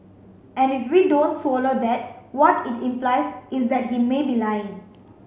and if we don't swallow that what it implies is that he may be lying